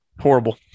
Horrible